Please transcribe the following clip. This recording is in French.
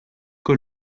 que